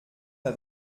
n’a